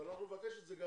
ואנחנו נבקש את זה,